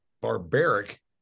barbaric